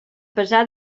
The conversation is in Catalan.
pesar